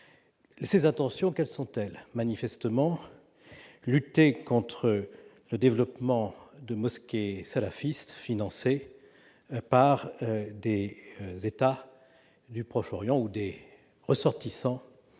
ses intentions, quelles sont-elles, manifestement, lutter contre le développement de mosquées salafistes financés par des États du Proche-Orient ou des ressortissants